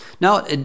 now